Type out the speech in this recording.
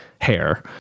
hair